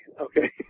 Okay